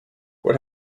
what